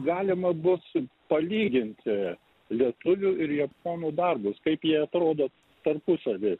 galima bus palyginti lietuvių ir japonų darbus kaip jie atrodo tarpusavy